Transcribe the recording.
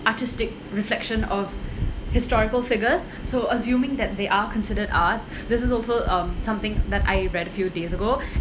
artistic reflection of historical figures so assuming that they are considered arts this is also um something that I read a few days ago